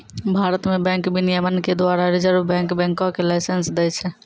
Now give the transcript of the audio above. भारत मे बैंक विनियमन के द्वारा रिजर्व बैंक बैंको के लाइसेंस दै छै